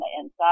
inside